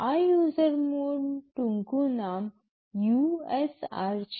આ user mode ટૂંકું નામ usr છે